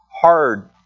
hard